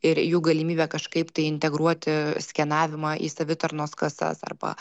ir jų galimybę kažkaip tai integruoti skenavimą į savitarnos kasas arba